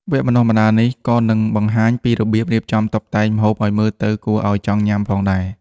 វគ្គបណ្ដុះបណ្ដាលនេះក៏នឹងបង្ហាញពីរបៀបរៀបចំតុបតែងម្ហូបឱ្យមើលទៅគួរឱ្យចង់ញ៉ាំផងដែរ។